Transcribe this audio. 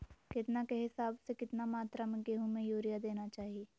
केतना के हिसाब से, कितना मात्रा में गेहूं में यूरिया देना चाही?